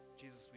Jesus